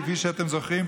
כפי שאתם זוכרים,